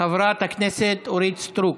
חברת הכנסת אורית סטרוק.